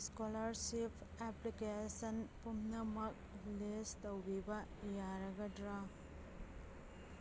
scholarship application ꯄꯨꯝꯅꯃꯛ ꯂꯤꯁ ꯇꯧꯕꯤꯕ ꯌꯥꯔꯒꯗ꯭ꯔꯥ